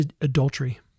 adultery